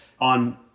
on